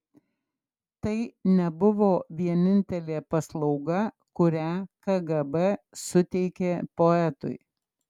tai nebuvo vienintelė paslauga kurią kgb suteikė poetui